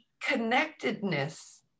connectedness